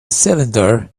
cylinder